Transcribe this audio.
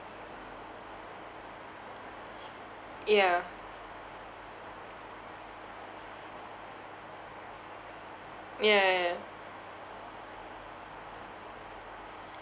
ya ya ya ya ya